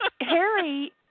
Harry